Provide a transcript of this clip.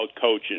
coaching